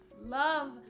love